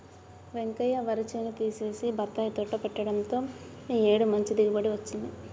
వెంకయ్య వరి చేను తీసేసి బత్తాయి తోట పెట్టడంతో ఈ ఏడు మంచి దిగుబడి వచ్చింది